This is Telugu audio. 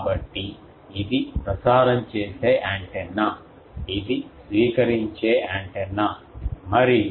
కాబట్టి ఇది ప్రసారం చేసే యాంటెన్నా ఇది స్వీకరించే యాంటెన్నా మరియు